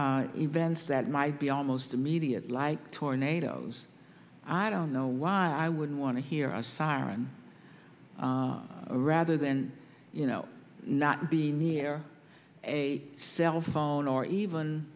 events that might be almost immediate like tornadoes i don't know why i wouldn't want to hear a siren rather than you know not being near a cell phone or